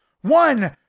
One